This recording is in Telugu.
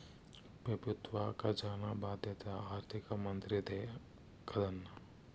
పెబుత్వ కజానా బాధ్యత ఆర్థిక మంత్రిదే కదన్నా